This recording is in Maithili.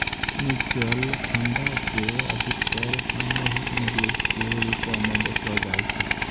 म्युचुअल फंडो के अधिकतर सामूहिक निवेश के रुपो मे देखलो जाय छै